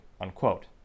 unquote